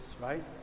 right